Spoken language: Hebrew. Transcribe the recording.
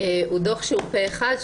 נתקבל פה אחד,